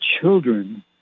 children